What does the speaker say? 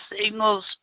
signals